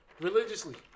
religiously